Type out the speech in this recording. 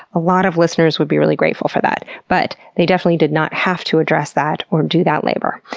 a lot of listeners would be really grateful for that. but, they definitely did not have to address that or do that labor.